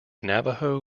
navajo